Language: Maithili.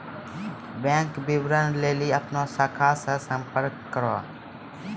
बैंक विबरण लेली अपनो शाखा से संपर्क करो